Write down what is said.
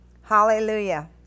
hallelujah